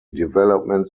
development